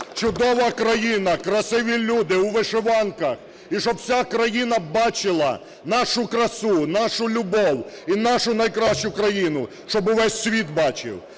чудова країна, красиві люди у вишиванках. І щоб вся країна бачила нашу красу, нашу любов і нашу найкращу країну, щоб весь світ бачив.